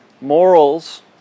morals